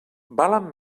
valen